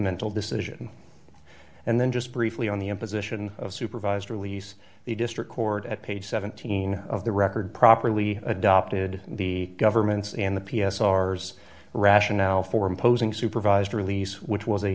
mental decision and then just briefly on the imposition of supervised release the district court at page seventeen of the record properly adopted the government's and the p s r's rationale for imposing supervised release which was a